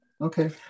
Okay